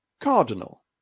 cardinal